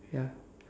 ya